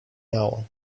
now